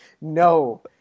No